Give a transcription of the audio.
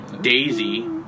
Daisy